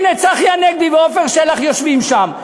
הנה צחי הנגבי ועפר שלח יושבים שם.